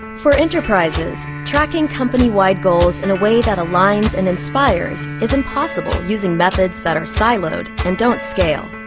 for enterprises, tracking companywide goals in a way that aligns and inspires is impossible using methods that are siloed and don't scale,